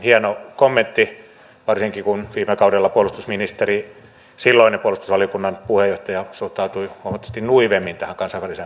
hieno kommentti varsinkin kun viime kaudella puolustusministeri silloinen puolustusvaliokunnan puheenjohtaja suhtautui huomattavasti nuivemmin tähän kansainväliseen kriisinhallintaan